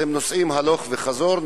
הם נוסעים הלוך וחזור.